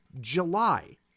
July